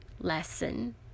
lesson